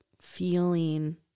feeling